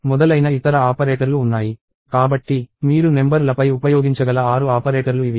మొదలైన ఇతర ఆపరేటర్లు ఉన్నాయి కాబట్టి మీరు నెంబర్ లపై ఉపయోగించగల ఆరు ఆపరేటర్లు ఇవి